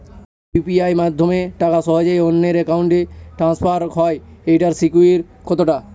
UPI মাধ্যমে টাকা সহজেই অন্যের অ্যাকাউন্ট ই ট্রান্সফার হয় এইটার সিকিউর কত টা?